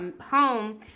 home